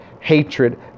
hatred